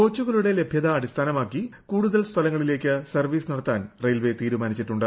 കോച്ചുകളുടെ ലഭ്യത അടിസ്ഥാനമാക്കി കൂടുതൽ സ്ഥലങ്ങളിലേക്ക് സർവ്വീസ് നടത്താൻ റെയിൽവേ തീരുമാനിച്ചിട്ടുണ്ട്